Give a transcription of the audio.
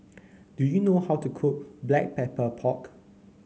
do you know how to cook Black Pepper Pork